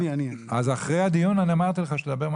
אחרי הדיון אמרתי לך שתדבר.